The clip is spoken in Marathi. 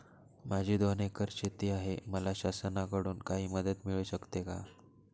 माझी दोन एकर शेती आहे, मला शासनाकडून काही मदत मिळू शकते का?